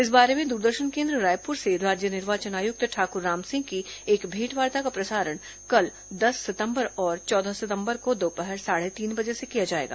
इस बारे में दूरदर्शन केन्द्र रायपुर से राज्य निर्वाचन आयुक्त ठाकुर रामसिंह की एक भेंटवार्ता का प्रसारण कल दस सितंबर और चौदह सितंबर को दोपहर साढ़े तीन बजे से किया जाएगा